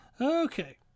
Okay